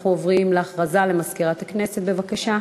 אנחנו עוברים להצעת חוק תאגידי מים וביוב (תיקון מס'